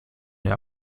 der